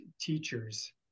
teachers